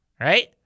right